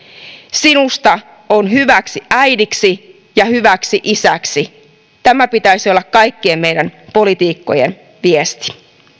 sinusta on hyväksi äidiksi ja hyväksi isäksi tämän pitäisi olla kaikkien meidän poliitikkojen viesti